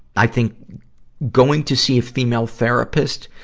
i think going to see a female therapist,